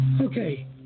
Okay